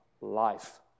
life